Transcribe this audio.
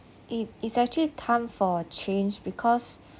it it's actually time for change because